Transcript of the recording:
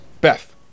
Beth